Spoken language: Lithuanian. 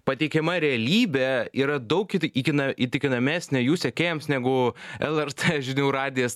pateikiama realybė yra daug įtikina įtikinamesnė jų sekėjams negu lrt žinių radijas